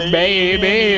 baby